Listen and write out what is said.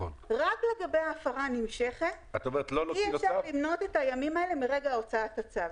רק לגבי הפרה נמשכת אי אפשר למנות את הימים האלה מרגע הוצאת הצו.